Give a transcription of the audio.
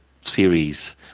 series